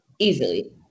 easily